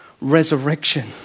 resurrection